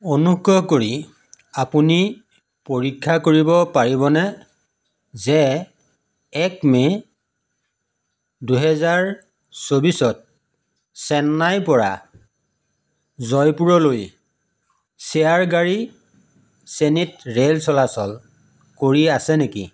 অনুগ্ৰহ কৰি আপুনি পৰীক্ষা কৰিব পাৰিবনে যে এক মে' দুহেজাৰ চৌবিছত চেন্নাইৰপৰা জয়পুৰলৈ চেয়াৰ গাড়ী শ্ৰেণীত ৰে'ল চলাচল কৰি আছে নেকি